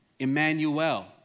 Emmanuel